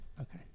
Okay